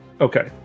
Okay